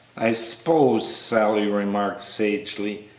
i s'pose, sally remarked, sagely,